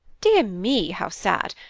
dear me, how sad!